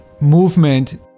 movement